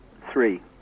Three